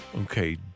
Okay